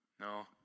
No